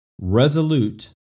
resolute